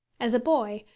as a boy,